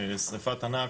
שריפת ענק,